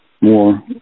more